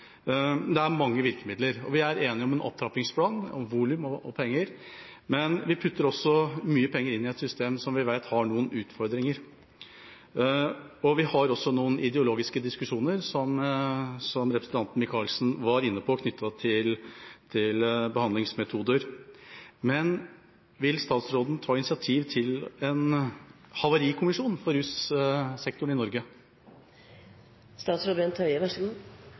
Det er mange virkemidler. Vi er enige om en opptrappingsplan, om volum og om penger, men vi putter også mye penger inn i et system som vi vet har noen utfordringer. Vi har også noen ideologiske diskusjoner – som representanten Micaelsen var inne på – knyttet til behandlingsmetoder. Vil statsråden ta initiativ til en havarikommisjon for russektoren i Norge?